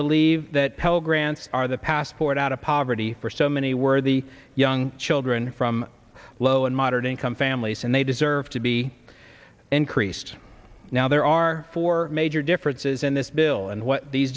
are the passport out of poverty for so many worthy young children from low and moderate income families and they deserve to be increased now there are four major differences in this bill and what these